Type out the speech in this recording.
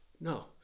No